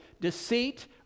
deceit